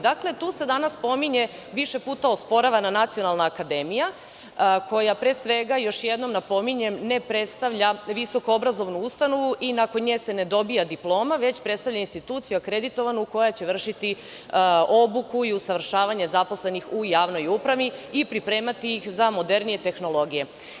Dakle, tu se danas pominje više puta osporavana nacionalna akademija koja, pre svega, još jednom napominjem, ne predstavlja visokoobrazovnu ustanovu i nakon nje se ne dobija diploma, već predstavlja instituciju akreditovanu koja će vršiti obuku i usavršavanje zaposlenih u javnoj upravi i pripremati ih za modernije tehnologije.